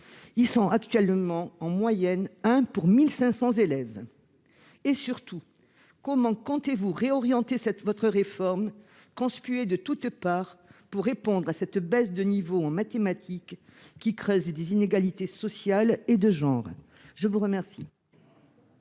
qui sont actuellement en moyenne d'un pour 1 500 élèves ? Enfin, et surtout, comment comptez-vous réorienter votre réforme, conspuée de toutes parts, pour répondre à cette baisse de niveau en mathématiques, qui creuse des inégalités sociales et de genre ? Très bien